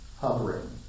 hovering